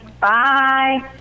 Bye